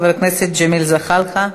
חבר הכנסת ג'מאל זחאלקה.